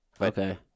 Okay